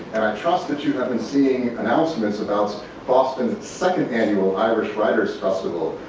trust that you have been seeing announcements about boston's second annual irish writers festival,